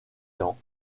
temps